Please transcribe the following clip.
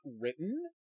written